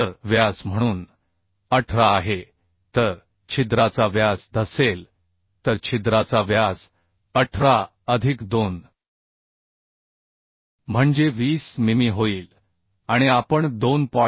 तर व्यास म्हणून 18 आहे तर छिद्राचा व्यास dhअसेल तर छिद्राचा व्यास 18 अधिक 2 म्हणजे 20 मिमी होईल आणि आपण 2